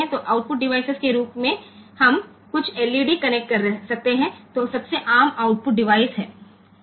તો આઉટપુટ ઉપકરણ પર આપણે કેટલીક LED ને જોડી શકીએ છીએ જે સૌથી સામાન્ય આઉટપુટ ઉપકરણ છે